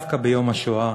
דווקא ביום השואה,